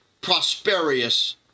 prosperous